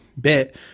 bit